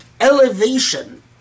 elevation